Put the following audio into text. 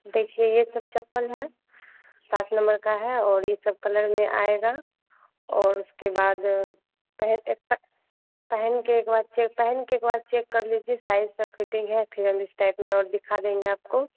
देखिए यह सब चप्पल है सात नम्बर का है और यह सब कलर में आएगा और उसके बाद पहन एक पहनकर एक बार चेक पहनकर एक बार चेक कर लीजिए साइज़ की फिटिन्ग है फिर हम इस टाइप में और दिखा देंगे आपको